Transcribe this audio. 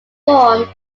form